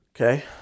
okay